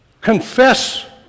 Confess